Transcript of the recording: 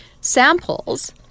samples